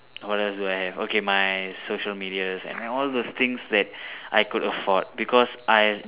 what else do I have okay my social medias and all those things that I could afford because I